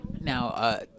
Now